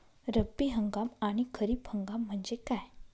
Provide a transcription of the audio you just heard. रब्बी हंगाम आणि खरीप हंगाम म्हणजे काय?